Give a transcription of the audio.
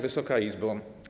Wysoka Izbo!